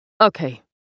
okay